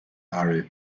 fhearadh